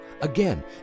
Again